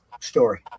story